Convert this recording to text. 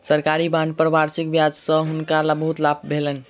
सरकारी बांड पर वार्षिक ब्याज सॅ हुनका बहुत लाभ भेलैन